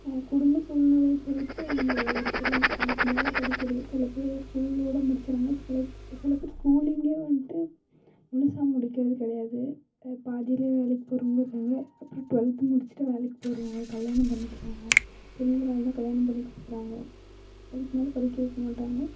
குடும்ப சூழ்நிலைய பொறுத்து அவங்க ஒவ்வொருத்தரும் அதுக்கு மேலே படிக்கிறது சில பேர் ஸ்கூலோடு முடிச்சிடறாங்க சில சில பேர் ஸ்கூலிங்கே வந்துட்டு முழுசா முடிக்கிறது கிடையாது பாதிலே வேலைக்கு போகிறவங்களும் இருக்காங்க அப்புறம் டூவெல்த் முடிச்சிட்டு வேலைக்கு போகிறவங்க கல்யாணம் பண்ணிக்கிறவங்க பெண்களாக இருந்தால் கல்யாணம் பண்ணி கொடுக்குறாங்க அதுக்கு மேலே படிக்க வைக்க மாட்டாங்க